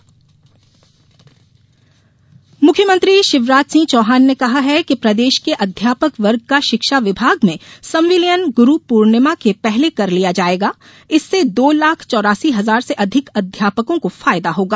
जन आशीर्वाद यात्रा मुख्यमंत्री शिवराज सिंह चौहान ने कहा कि प्रदेश के अध्यापक वर्ग का शिक्षा विभाग में संविलियन ग्रुपूर्णिमा के पहले कर लिया जायेगा इससे दो लाख चौरासी हजार से अधिक अध्यापकों को फायदा होगा